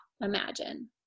imagine